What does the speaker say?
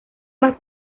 más